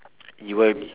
you will